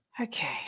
Okay